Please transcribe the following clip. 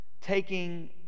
taking